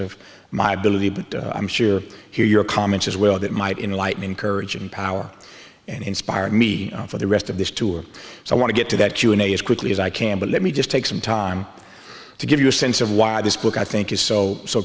of my ability but i'm sure hear your comments as well that might enlighten encourage and power and inspire me for the rest of this tour so i want to get to that q and a as quickly as i can but let me just take some time to give you a sense of why this book i think is so so